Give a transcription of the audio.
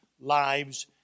lives